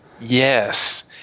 Yes